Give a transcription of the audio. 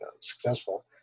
successful